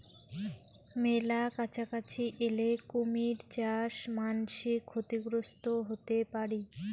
মেলা কাছাকাছি এলে কুমীর চাস মান্সী ক্ষতিগ্রস্ত হতে পারি